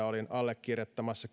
olin allekirjoittamassa